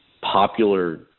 popular